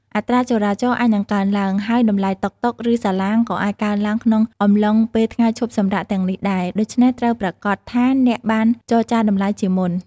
អត្រាចរាចរណ៍អាចនឹងកើនឡើង ហើយតម្លៃតុក តុក ឬសាឡាងក៏អាចកើនឡើងក្នុងអំឡុងពេលថ្ងៃឈប់សម្រាកទាំងនេះដែរ ដូច្នេះត្រូវប្រាកដថាអ្នកបានចរចាតម្លៃជាមុន។